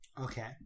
Okay